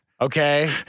Okay